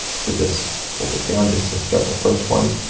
so just hold it down, just to start the first one,